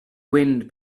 wind